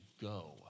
go